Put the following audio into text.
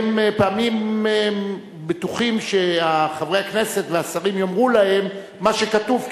והם פעמים בטוחים שחברי הכנסת והשרים יאמרו להם מה שכתוב,